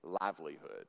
livelihood